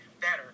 better